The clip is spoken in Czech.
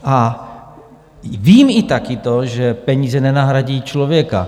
A vím také to, že peníze nenahradí člověka.